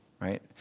right